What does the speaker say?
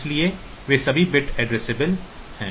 इसलिए वे सभी बिट एड्रेसेबल हैं